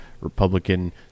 Republican